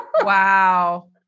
Wow